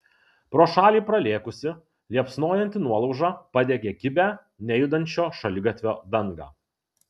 pro šalį pralėkusi liepsnojanti nuolauža padegė kibią nejudančio šaligatvio dangą